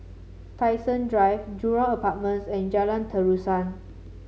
Tai Seng Drive Jurong Apartments and Jalan Terusan